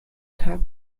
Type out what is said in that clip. tag